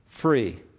free